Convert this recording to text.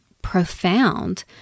profound